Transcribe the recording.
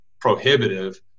prohibitive